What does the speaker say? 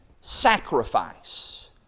sacrifice